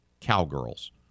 Cowgirls